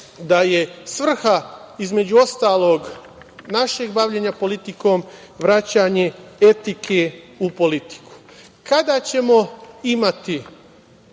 da je svrha, između ostalog, našeg bavljenja politikom vraćanje etike u politiku. Kada ćemo imati